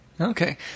Okay